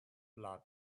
blood